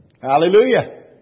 Hallelujah